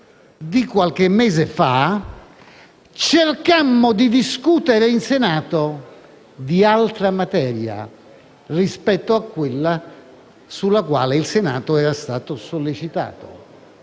di qualche mese fa, cercammo di discutere in Senato di altra materia rispetto a quella sulla quale il Senato era stato sollecitato.